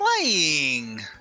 playing